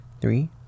three